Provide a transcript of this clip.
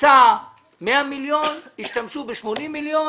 שהוקצו 100 מיליון, השתמשו ב-80 מיליון,